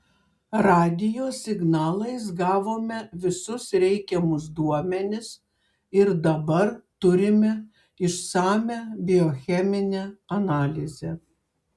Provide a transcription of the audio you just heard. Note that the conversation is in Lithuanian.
radijo signalais gavome visus reikiamus duomenis ir dabar turime išsamią biocheminę analizę